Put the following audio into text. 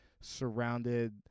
surrounded